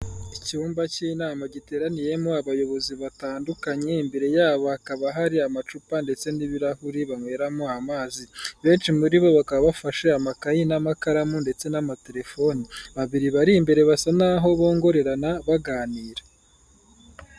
Icyumba cy'inama giteraniyemo abayobozi batandukanye, imbere yabo hakaba hari amacupa ndetse n'ibirahuri banyweramo amazi. Benshi muri bo bakaba bafashe amakayi n'amakaramu ndetse n'amaterefoni. Babiri bari imbere basa naho bongorerana baganira.